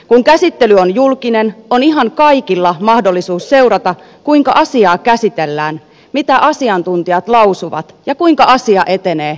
kun käsittely on julkinen on ihan kaikilla mahdollisuus seurata kuinka asiaa käsitellään mitä asiantuntijat lausuvat ja kuinka asia etenee eduskunnassa